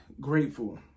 grateful